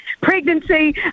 pregnancy